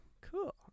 Cool